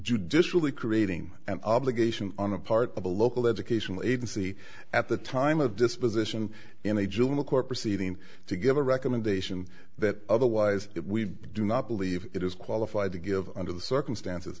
judicially creating an obligation on the part of the local educational agency at the time of disposition in a juvenile court proceeding to give a recommendation that otherwise we do not believe it is qualified to give under the circumstances